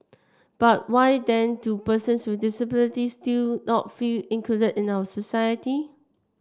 but why then do persons with disabilities still not feel included in our society